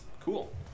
Cool